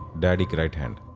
daddy's right hand